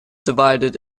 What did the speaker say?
divided